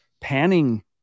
panning